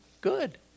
good